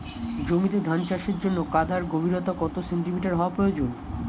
জমিতে ধান চাষের জন্য কাদার গভীরতা কত সেন্টিমিটার হওয়া প্রয়োজন?